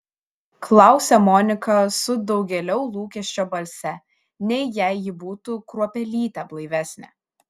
klausia monika su daugėliau lūkesio balse nei jei ji būtų kruopelytę blaivesnė